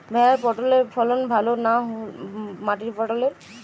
ভেরার পটলের ফলন ভালো না মাটির পটলের?